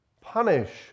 punish